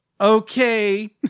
Okay